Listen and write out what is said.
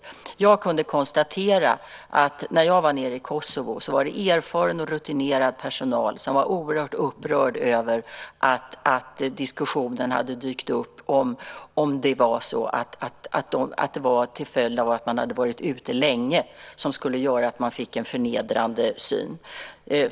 När jag var nere i Kosovo kunde jag konstatera att det där var erfaren och rutinerad personal som var oerhört upprörd över att diskussionen hade dykt upp om att en förnedrande syn skulle vara en följd av att man hade varit ute länge.